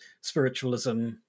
spiritualism